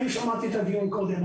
שמעתי קודם את הדיון על צמצום מגעים.